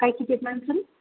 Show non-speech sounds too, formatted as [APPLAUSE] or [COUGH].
काय किती [UNINTELLIGIBLE]